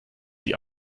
die